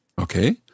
Okay